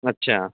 اچھا